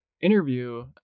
interview